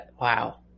Wow